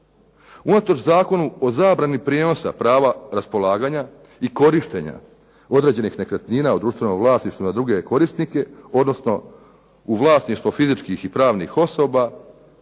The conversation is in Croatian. Unatoč Zakona o zabrani prijenosa prava raspolaganja i korištenja određenih nekretnina u društvenom vlasništvu na druge korisnike, odnosno u vlasništvo fizičkih i pravnih osoba